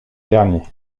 dernier